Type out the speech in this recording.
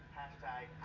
Hashtag